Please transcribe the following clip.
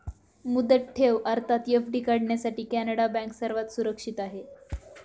मुदत ठेव अर्थात एफ.डी काढण्यासाठी कॅनडा बँक सर्वात सुरक्षित आहे